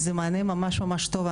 זה מענה ממש ממש טוב.